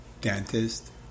dentist